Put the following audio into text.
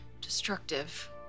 destructive